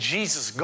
Jesus